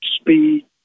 speed